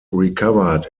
recovered